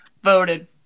voted